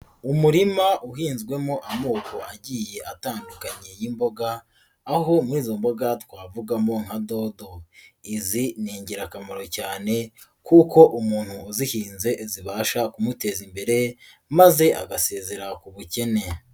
Umurima uhinzwemo amoko agiye atandukanye y'imboga aho muri izo mboga twavugamo nka dodo, izi ni ingirakamaro cyane kuko umuntu uzihinze zibasha kumuteza imbere maze agasezera ku bukene.